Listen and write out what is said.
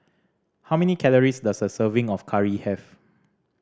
how many calories does a serving of curry have